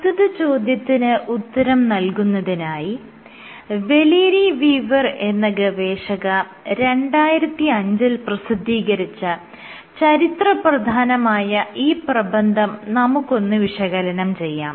പ്രസ്തുത ചോദ്യത്തിന് ഉത്തരം നൽകുന്നതിനായി വലേരി വീവർ എന്ന ഗവേഷക 2005 ൽ പ്രസിദ്ധികരിച്ച ചരിത്രപ്രധാനമായ ഈ പ്രബന്ധം നമുക്കൊന്ന് വിശകലനം ചെയ്യാം